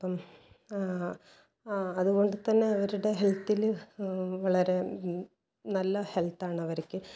അപ്പം അതുകൊണ്ട് തന്നെ അവരുടെ ഹെൽത്തിൽ വളരെ നല്ല ഹെൽത്ത് ആണ് അവർക്ക്